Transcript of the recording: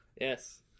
Yes